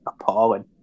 Appalling